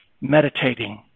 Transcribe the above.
meditating